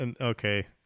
Okay